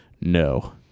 No